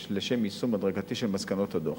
לשם יישום הדרגתי של מסקנות הדוח.